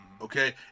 okay